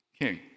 king